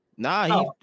Nah